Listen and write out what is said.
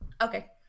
Okay